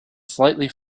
slightly